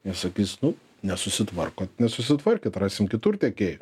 jie sakys nu nesusitvarkot nesusitvarkėt rasim kitur tiekėją